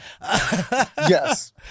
Yes